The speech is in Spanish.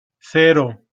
cero